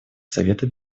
совета